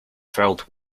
filled